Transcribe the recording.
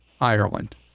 Ireland